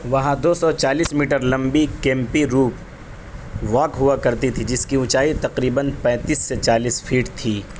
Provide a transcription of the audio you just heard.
وہاں دو سو چالیس میٹر لمبی کیمپی روپ واک ہوا کرتی تھی جس کی اونچائی تقریباً پینتیس سے چالیس فٹ تھی